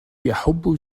يحب